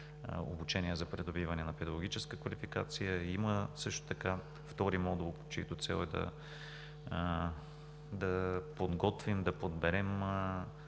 обучение за придобиване на педагогическа квалификация. Също така има втори модул, чиято цел е да подготвим, да подберем